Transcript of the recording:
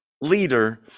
leader